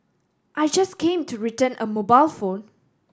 I just came to return a mobile phone